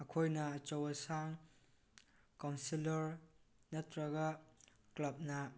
ꯑꯩꯈꯣꯏꯅ ꯑꯆꯧ ꯑꯁꯥꯡ ꯀꯥꯎꯟꯁꯤꯜꯂꯔ ꯅꯠꯇ꯭ꯔꯒ ꯀ꯭ꯂꯞꯅ